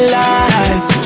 life